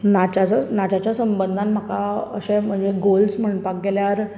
नाच्याचो नाचाच्या संबंधान म्हाका अशें म्हजे गोल्स म्हणपाक गेल्यार